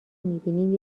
میبینیم